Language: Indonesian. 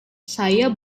saya